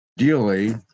ideally